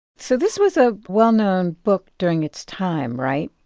so this was a well-known book during its time, right?